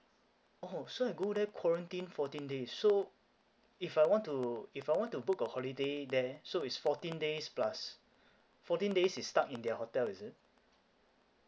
oh so I go there quarantine fourteen days so if I want to if I want to book a holiday there so is fourteen days plus fourteen days is stuck in their hotel is it